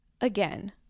Again